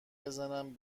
بزنم